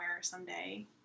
someday